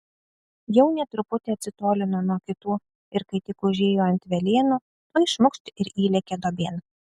jaunė truputį atsitolino nuo kitų ir kai tik užėjo ant velėnų tuoj šmukšt ir įlėkė duobėn